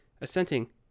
assenting